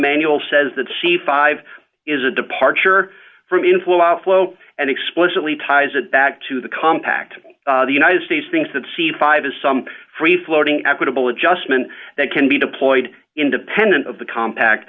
manual says that c five is a departure from inflow outflow and explicitly ties it back to the compact the united states thinks that c five is some free floating equitable adjustment that can be deployed independent of the compa